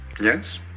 Yes